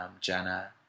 Jenna